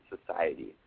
society